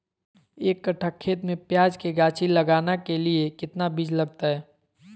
एक कट्ठा खेत में प्याज के गाछी लगाना के लिए कितना बिज लगतय?